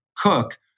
Cook